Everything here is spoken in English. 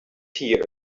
here